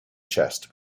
chest